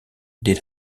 did